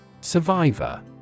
Survivor